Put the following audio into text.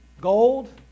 Gold